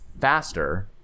faster